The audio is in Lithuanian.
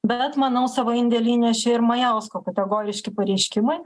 bet manau savo indėlį įnešė ir majausko kategoriški pareiškimai